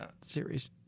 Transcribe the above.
series